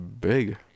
big